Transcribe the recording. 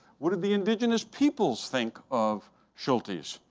what do the indigenous peoples think of schultes?